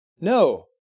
No